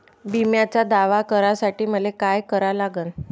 बिम्याचा दावा करा साठी मले का करा लागन?